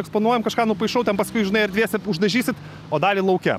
eksponuojam kažką nupaišau ten paskui žinai erdvėse uždažysit o dalį lauke